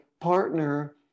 partner